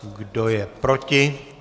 Kdo je proti?